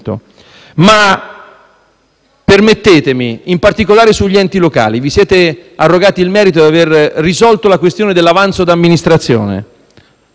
una riflessione in particolare sugli enti locali. Vi siete arrogati il merito di aver risolto la questione dell'avanzo di amministrazione